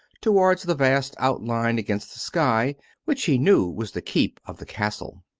towards the vast outline against the sky which he knew was the keep of the castle.